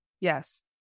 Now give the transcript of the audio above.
Yes